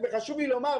חשוב לי לומר,